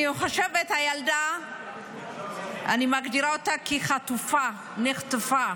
אני מגדירה אותה כחטופה, נחטפה.